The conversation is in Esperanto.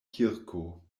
kirko